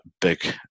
big